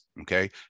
okay